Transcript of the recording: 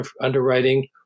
underwriting